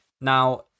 Now